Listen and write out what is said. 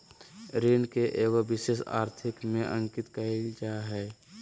ऋण के एगो विशेष आर्थिक में अंकित कइल जा हइ